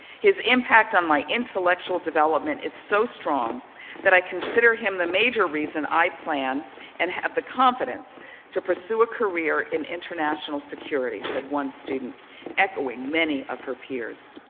his impact on my intellectual development is so strong that i consider him the major reason i plan and have the confidence to pursue a career in international security, said one student echoing many of her peers.